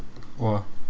!wah!